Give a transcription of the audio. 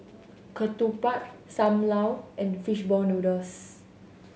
ketupat Sam Lau and fish ball noodles